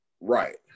Right